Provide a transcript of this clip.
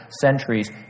centuries